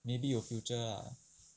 maybe 有 future ah